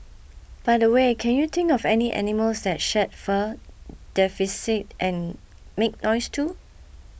by the way can you think of any animals that shed fur defecate and make noise too